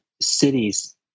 cities